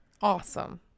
awesome